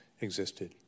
existed